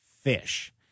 fish